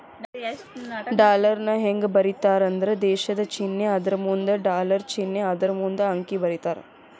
ಡಾಲರ್ನ ಹೆಂಗ ಬರೇತಾರಂದ್ರ ದೇಶದ್ ಚಿನ್ನೆ ಅದರಮುಂದ ಡಾಲರ್ ಚಿನ್ನೆ ಅದರಮುಂದ ಅಂಕಿ ಬರೇತಾರ